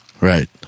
Right